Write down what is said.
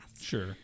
sure